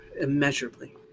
immeasurably